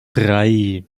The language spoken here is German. drei